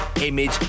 image